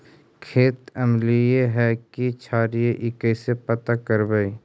खेत अमलिए है कि क्षारिए इ कैसे पता करबै?